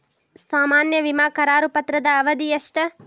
ಸಾಮಾನ್ಯ ವಿಮಾ ಕರಾರು ಪತ್ರದ ಅವಧಿ ಎಷ್ಟ?